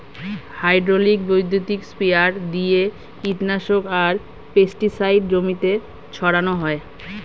hydraulic বৈদ্যুতিক sprayer দিয়ে কীটনাশক আর পেস্টিসাইড জমিতে ছড়ান হয়